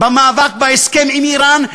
במאבק בהסכם עם איראן,